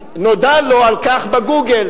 נודע לו על כך ב"גוגל".